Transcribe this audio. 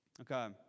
Okay